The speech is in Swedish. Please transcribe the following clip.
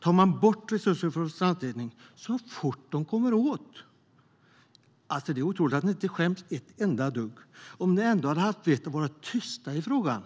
tar ni bort resurser för strandstädning så fort ni kommer åt. Det är otroligt att ni inte skäms ett enda dugg. Om ni ändå hade haft vett att vara tysta i frågan.